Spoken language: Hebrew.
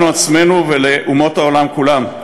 לנו עצמנו ולאומות העולם כולן.